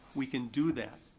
we can do that.